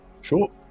Sure